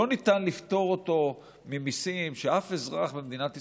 לא ניתן לפטור אותו ממיסים שאף אזרח במדינת ישראל,